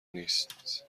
نیست